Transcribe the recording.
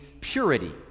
purity